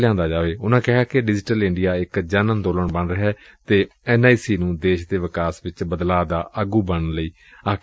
ਉਨੂਂ ਕਿਹਾ ਕਿ ਡਿਜੀਟਲ ਇੰਡੀਆ ਇਕ ਜਨ ਅੰਦੋਲਨ ਬਣ ਰਿਹੈ ਅਤੇ ਐਨ ਆਈ ਸੀ ਨੂੰ ਦੇਸ਼ ਦੇ ਵਿਕਾਸ ਵਿਚ ਬਦਲਾਅ ਦਾ ਆਗੂ ਬਣਨ ਲਈ ਕਿਹਾ